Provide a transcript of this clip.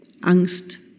Angst